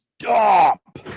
Stop